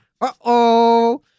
uh-oh